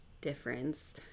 difference